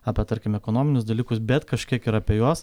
ape tarkim ekonominius dalykus bet kažkiek ir apie juos